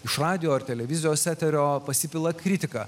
iš radijo ar televizijos eterio pasipila kritika